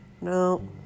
No